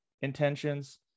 intentions